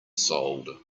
sold